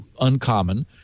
uncommon